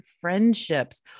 friendships